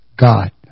God